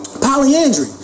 Polyandry